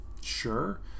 sure